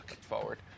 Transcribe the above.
forward